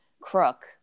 crook